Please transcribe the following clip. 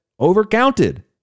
overcounted